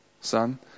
Son